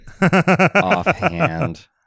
offhand